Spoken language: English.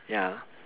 ya